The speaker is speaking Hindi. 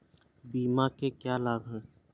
बीमा के क्या लाभ हैं?